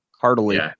heartily